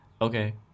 okay